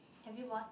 have you bought